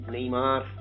Neymar